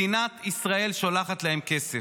מדינת ישראל שולחת להם כסף.